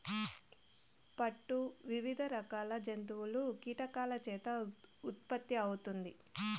పట్టు వివిధ రకాల జంతువులు, కీటకాల చేత ఉత్పత్తి అవుతుంది